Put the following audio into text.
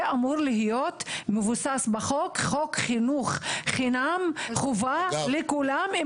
זה אמור להיות מבוסס בחוק חינוך חינם חובה לכולם,